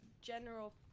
general